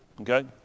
Okay